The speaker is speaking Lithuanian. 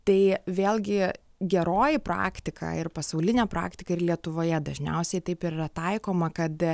tai vėlgi geroji praktika ir pasaulinė praktika ir lietuvoje dažniausiai taip yra taikoma kad